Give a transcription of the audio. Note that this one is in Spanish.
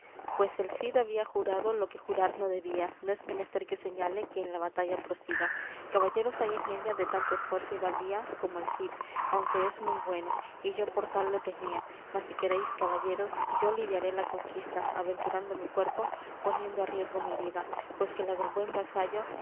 pues el cid había jurado lo que jurar no debía no es menester que señale quien la batalla prosiga caballeros hay en ella de tanto esfuerzo y valía como el cid aunque es muy bueno y yo por tal lo tenía mas si queréis caballeros yo lidiaré la conquista aventurando mi cuerpo poniendo á riesgo mi vida pues que la del buen vasallo